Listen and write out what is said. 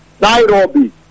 Nairobi